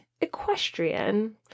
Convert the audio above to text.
equestrian